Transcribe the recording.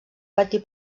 patir